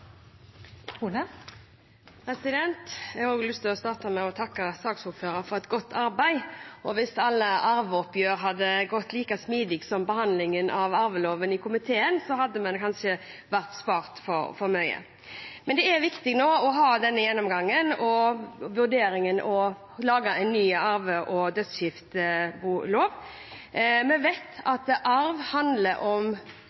Jeg har også lyst til å starte med å takke saksordføreren for et godt arbeid. Hvis alle arveoppgjør hadde gått like smidig som behandlingen av arveloven i komiteen, hadde vi kanskje vært spart for mye. Det er viktig å ha denne gjennomgangen og vurderingen av å lage en ny lov om arv og dødsboskifte. Vi vet at arv handler om